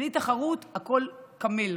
בלי תחרות הכול קמל.